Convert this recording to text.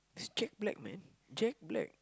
is Jack-Black man Jack-Black